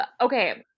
Okay